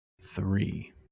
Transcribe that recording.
Three